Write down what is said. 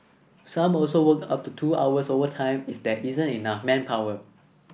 some also work up to two hours overtime if there isn't enough manpower